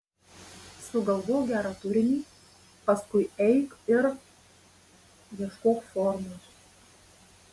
sugalvok gerą turinį paskui eik ir ieškok formos